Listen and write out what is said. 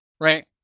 right